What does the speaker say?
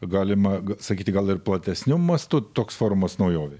galima sakyti gal ir platesniu mastu toks formas naujovė